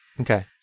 Okay